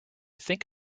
think